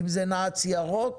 אם זה נעץ ירוק,